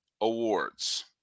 awards